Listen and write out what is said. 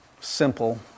simple